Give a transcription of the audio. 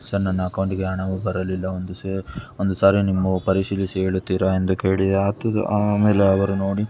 sir ನನ್ನ ಅಕೌಂಟಿಗೆ ಹಣವು ಬರಲಿಲ್ಲ ಒಂದು ಸೆ ಒಂದು ಸಾರಿ ನಿಮ್ಮವು ಪರಿಶೀಲಿಸಿ ಹೇಳುತ್ತೀರಾ ಎಂದು ಕೇಳಿದಾತದು ಆಮೇಲೆ ಅವರು ನೋಡಿ